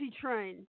Train